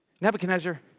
Nebuchadnezzar